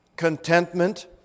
Contentment